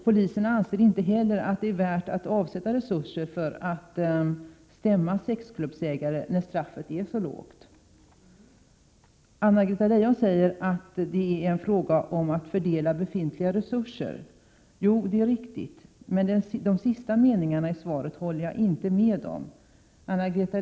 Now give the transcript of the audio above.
Polisen anser inte heller att det är lönt att avsätta resurser för att stämma sexklubbsägare när straffet är så lågt. Anna-Greta Leijon säger att det är fråga om att fördela befintliga resurser. Det är riktigt. Men det Anna-Greta Leijon säger i de sista meningarna i svaret håller jag inte med om.